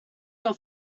your